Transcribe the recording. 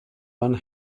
one